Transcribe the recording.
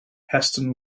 heston